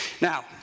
now